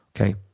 Okay